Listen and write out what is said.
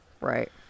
Right